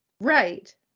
Right